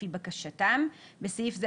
לפי בקשתם (בסעיף זה,